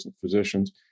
physicians